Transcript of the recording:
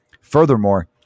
Furthermore